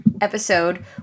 episode